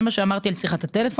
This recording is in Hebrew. זה מה שאמרתי לגבי שיחת הטלפון.